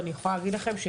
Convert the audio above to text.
אני תמר הכהן תירוש,